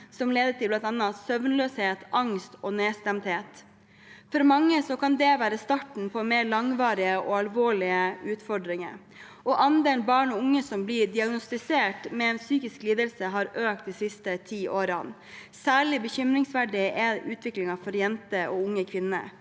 som leder til bl.a. søvnløshet, angst og nedstemthet. For mange kan det være starten på mer langvarige og alvorlige utfordringer. Andelen barn og unge som blir diagnostisert med en psykisk lidelse, har økt de siste ti årene. Særlig bekymringsfull er utviklingen for jenter og unge kvinner.